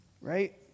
right